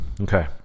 Okay